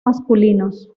masculinos